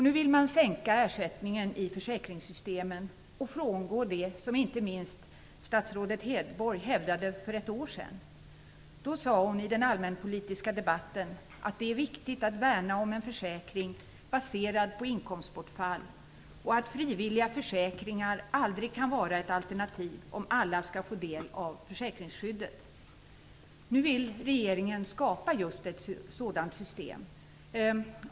Nu vill man också sänka ersättningen i försäkringssystemen och frångå det som inte minst statsrådet Hedborg hävdade för ett år sedan. Då sade hon i den allmänpolitiska debatten att det är viktigt att värna om en försäkring baserad på inkomstbortfall och att frivilliga försäkringar aldrig kan vara ett alternativ om alla skall få del av försäkringsskyddet. Nu vill regeringen skapa just ett sådant system.